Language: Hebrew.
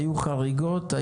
היו חריגות,